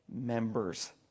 members